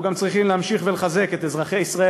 אנחנו גם צריכים להמשיך ולחזק את אזרחי ישראל